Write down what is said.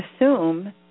assume